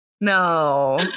No